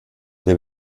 der